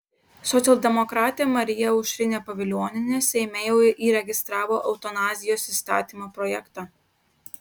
socialdemokratė marija aušrinė pavilionienė seime jau įregistravo eutanazijos įstatymo projektą